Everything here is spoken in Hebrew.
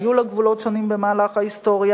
היו לה גבולות שונים במהלך ההיסטוריה,